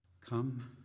Come